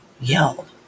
Yell